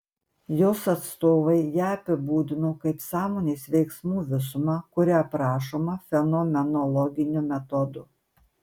jos atstovai ją apibūdino kaip sąmonės veiksmų visumą kuri aprašoma fenomenologiniu metodu